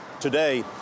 Today